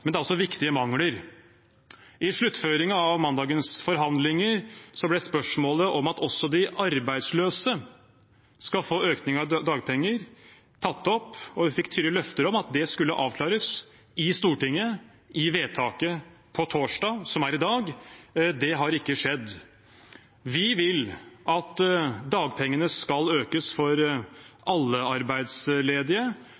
men det er også viktige mangler. I sluttføringen av mandagens forhandlinger ble spørsmålet om at også de arbeidsløse skal få økning av dagpenger, tatt opp, og vi fikk tydelige løfter om at det skulle avklares i Stortinget i vedtaket på torsdag, som er i dag. Det har ikke skjedd. Vi vil at dagpengene skal økes